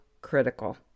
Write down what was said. critical